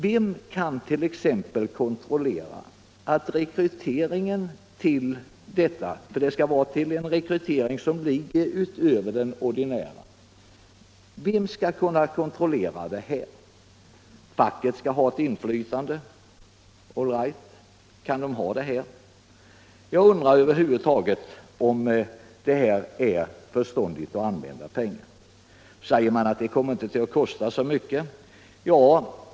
Vem kan t.ex. kontrollera att rekryteringen går utöver den ordinära i ett företag? Facket skall ha ett inflytande. All right. Är det möjligt här? Jag undrar över huvud taget om det är förståndigt att använda pengar på detta sätt. Nu säger man att det inte kommer att kosta så mycket.